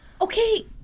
Okay